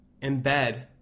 embed